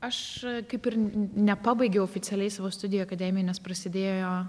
aš kaip ir nepabaigiau oficialiai savo studijų akademinės prasidėjo